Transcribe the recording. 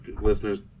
listeners